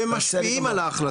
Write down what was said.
ומשפיעים על ההחלטות.